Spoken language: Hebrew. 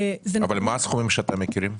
מה הסכומים שאתם מכירים?